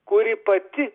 kuri pati